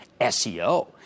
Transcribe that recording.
SEO